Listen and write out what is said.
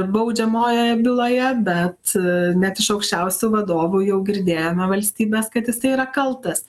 baudžiamojoje byloje bet net iš aukščiausių vadovų jau girdėjome valstybės kad jisai yra kaltas